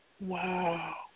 Wow